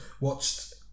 watched